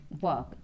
work